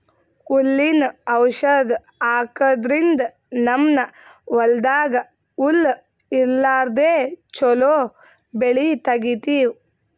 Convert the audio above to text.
ಹುಲ್ಲಿನ್ ಔಷಧ್ ಹಾಕದ್ರಿಂದ್ ನಮ್ಮ್ ಹೊಲ್ದಾಗ್ ಹುಲ್ಲ್ ಇರ್ಲಾರ್ದೆ ಚೊಲೋ ಬೆಳಿ ತೆಗೀತೀವಿ